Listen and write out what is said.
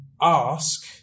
ask